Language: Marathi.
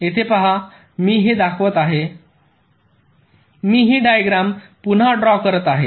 येथे पहा मी हे दाखवित आहे मी ही डायग्रॅम पुन्हा ड्रॉ करत आहे